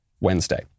Wednesday